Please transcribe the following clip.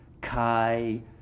Kai